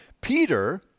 Peter